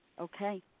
Okay